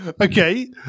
okay